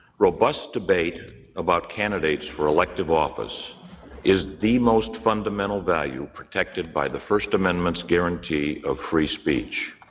robust debate about candidates for elected office is the most fundamental value protected by the first amendment's guarantee of free speech.